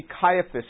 Caiaphas